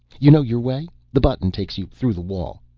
you know your way? the button takes you through the wall.